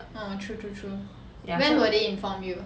orh true true true when will they inform you